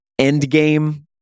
Endgame